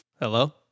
Hello